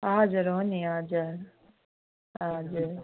हजुर हो नि हजुर हजुर